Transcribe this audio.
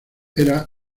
era